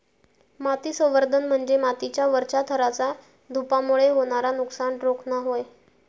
माती संवर्धन म्हणजे मातीच्या वरच्या थराचा धूपामुळे होणारा नुकसान रोखणा होय